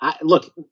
Look